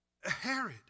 Herod